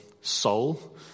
soul